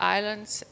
Islands